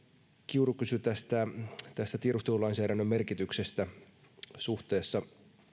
kiuru kysyi tiedustelulainsäädännön merkityksestä ja